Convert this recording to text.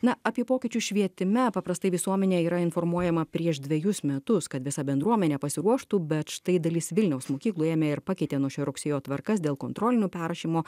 na apie pokyčius švietime paprastai visuomenė yra informuojama prieš dvejus metus kad visa bendruomenė pasiruoštų bet štai dalis vilniaus mokyklų ėmė ir pakeitė nuo šio rugsėjo tvarkas dėl kontrolinių perrašymo